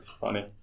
funny